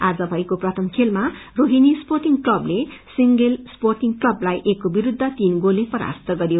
आज भएको प्रयम खेलामा रोहिणी स्पोटिङ क्लबले सिंगेल स्पोटिङ क्लबलाई एक को विस्फ्र तीन गोलले परास्त गरयो